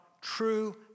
true